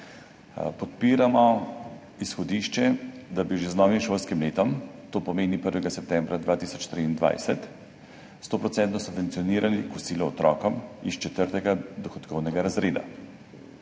Podpiramo izhodišče, da bi že z novim šolskim letom, to pomeni 1. septembra 2024, 100-procentno subvencionirali kosilo otrokom iz četrtega dohodkovnega razreda.